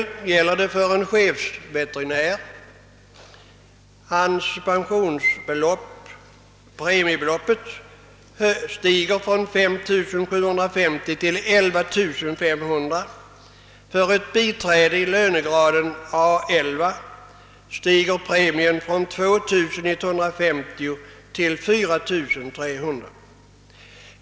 En chefsveterinärs premiebelopp stiger t.ex. från 5 790 kronor till 11 500 kronor och för ett biträde i lönegraden A 11 stiger premien från 2 150 kronor till 4 300 kronor.